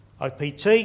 OPT